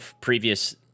previous